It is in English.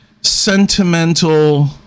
sentimental